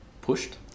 pushed